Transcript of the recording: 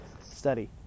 study